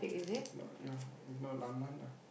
if not ya if not lan lan lah